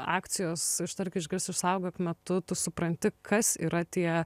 akcijos ištark išgirsk išsaugok metu tu supranti kas yra tie